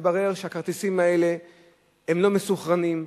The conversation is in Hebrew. מתברר שהכרטיסים האלה הם לא מסונכרנים,